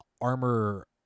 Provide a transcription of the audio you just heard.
armor